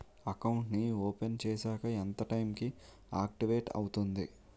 Account నీ open చేశాక ఎంత టైం కి ఆక్టివేట్ అవుతుంది?